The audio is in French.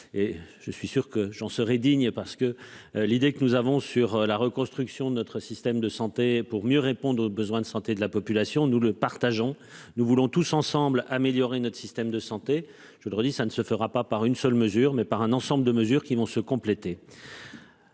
et je suis sûr que j'en serai digne parce que l'idée que nous avons sur la reconstruction de notre système de santé pour mieux répondre aux besoins de santé de la population, nous le partageons. Nous voulons tous ensemble, améliorer notre système de santé. Je vous le redis, ça ne se fera pas par une seule mesure mais par un ensemble de mesures qui vont se compléter.